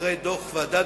אחרי דוח המבקר,